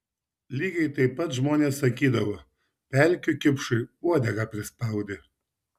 lygiai taip pat žmonės sakydavo pelkių kipšui uodegą prispaudė